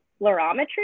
fluorometry